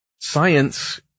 Science